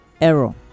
error